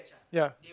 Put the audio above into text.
ya